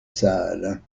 salles